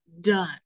done